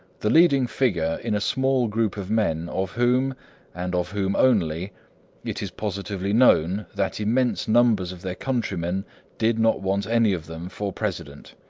the leading figure in a small group of men of whom and of whom only it is positively known that immense numbers of their countrymen did not want any of them for president.